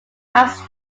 max